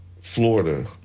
Florida